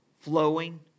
flowing